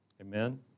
Amen